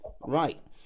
right